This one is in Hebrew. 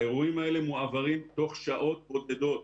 האירועים האלה מועברים תוך שעות בודדות,